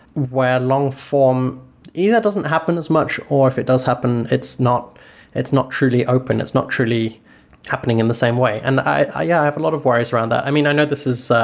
where long-form either doesn't happen as much, or if it does happen, it's not it's not truly open, it's not truly happening in the same way. and i i yeah have a lot of worries around that. i mean, i know this is